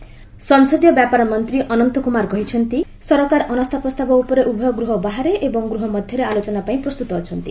ଅନନ୍ତ no confidence ସଂସଦୀୟ ବ୍ୟାପାର ମନ୍ତ୍ରୀ ଅନନ୍ତ କୁମାର କହିଛନ୍ତି ସରକାର ଅନାସ୍ଥା ପ୍ରସ୍ତାବ ଉପରେ ଉଭୟ ଗୃହ ବାହାରେ ଏବଂ ଗୃହ ମଧ୍ୟରେ ଆଲୋଚନା ପାଇଁ ପ୍ରସ୍ତୁତ ଅଛନ୍ତି